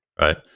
Right